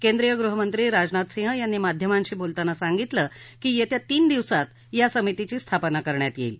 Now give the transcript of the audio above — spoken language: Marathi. केंद्रीय गृहमंत्री राजनाथ सिंह यांनी माध्यमांशी बोलताना सांगितलं की येत्या तीन दिवसात या समितीची स्थापना करण्यात येईल